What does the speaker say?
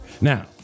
now